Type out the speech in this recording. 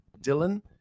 Dylan